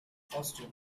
foster